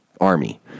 army